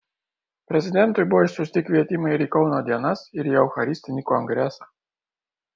prezidentui buvo išsiųsti kvietimai ir į kauno dienas ir į eucharistinį kongresą